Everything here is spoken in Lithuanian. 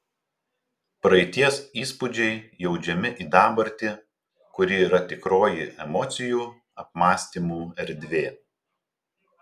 praeities įspūdžiai įaudžiami į dabartį kuri yra tikroji emocijų apmąstymų erdvė